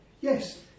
Yes